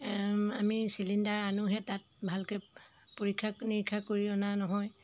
আমি চিলিণ্ডাৰ আনোহে তাত ভালকৈ পৰীক্ষা নিৰীক্ষা কৰি অনা নহয়